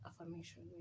affirmation